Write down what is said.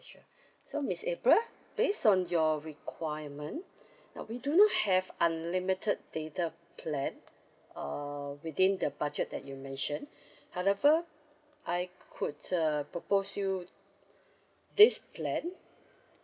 sure so miss april based on your requirement now we do not have unlimited data plan err within the budget that you mention however I could uh propose you this plan